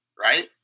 right